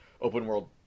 open-world